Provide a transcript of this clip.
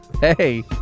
Hey